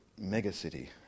megacity